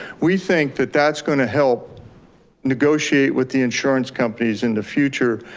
we think that that's going to help negotiate with the insurance companies in the future.